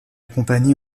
compagnie